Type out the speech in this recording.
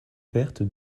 perte